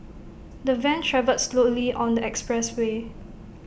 the van travelled slowly on the expressway